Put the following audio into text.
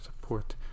support